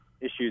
issues